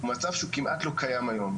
הוא מצב שהוא כמעט לא קיים היום.